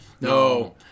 no